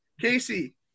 Casey